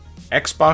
Xbox